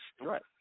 Right